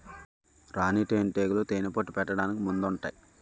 రాణీ తేనేటీగలు తేనెపట్టు పెట్టడానికి ముందుంటాయి